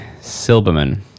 silberman